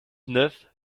neuf